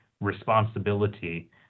responsibility